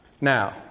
Now